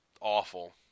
awful